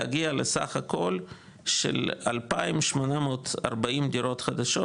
להגיע לסך הכול של 2,840 דירות חדשות,